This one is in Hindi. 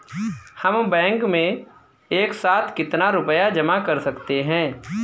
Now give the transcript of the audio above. हम बैंक में एक साथ कितना रुपया जमा कर सकते हैं?